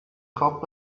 خواب